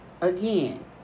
again